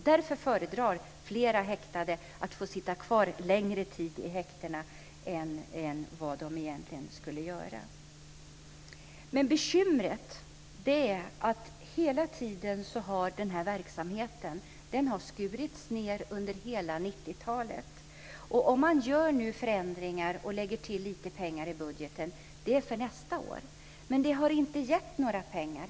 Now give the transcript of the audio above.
Därför föredrar flera häktade att sitta kvar längre tid i häktena än vad de egentligen skulle göra. Men bekymret är att den här verksamheten har skurits ned under hela 90-talet. Om man nu gör förändringar och lägger till lite pengar i budgeten är det för nästa år. Men det har inte gett några pengar.